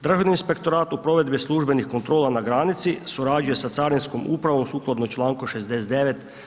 Držani inspektorat u provedbi službenih kontrola na granici surađuje sa carinskoj upravo sukladno članku 69.